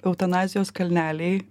eutanazijos kalneliai